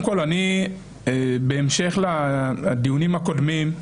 בהמשך לדיונים הקודמים,